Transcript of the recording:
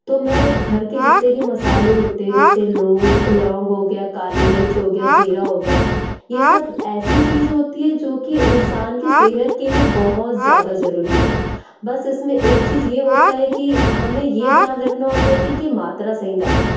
तो मैं घर के जितने भी मसाले होते हैं जैसे लौंग लौंग हो गया काली मिर्च हो गया जीरा हो गया ये सब ऐसी चीज़ें होती है जो कि इंसान की सेहत के लिए बहुत ज़्यादा ज़रूरी है बस इसमें एक चीज़ यह होता कि हमें यह ध्यान रखना होता है कि इनकी मात्रा सही डालें